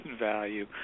value